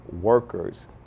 workers